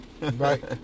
right